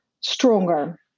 stronger